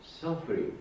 suffering